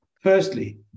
Firstly